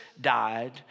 died